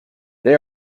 they